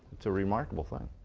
it's a remarkable thing.